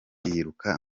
yiruka